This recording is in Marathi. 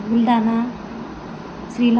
बुलढाणा श्रीला